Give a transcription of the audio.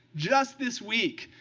just this week,